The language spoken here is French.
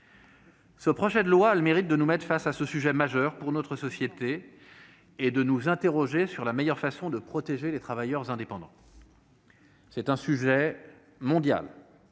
Ce projet de loi a le mérite de nous permettre d'aborder ce sujet majeur pour notre société et de nous interroger sur la meilleure façon de protéger les travailleurs indépendants. Ce sujet est mondial.